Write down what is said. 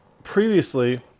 previously